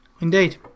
Indeed